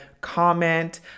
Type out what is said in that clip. comment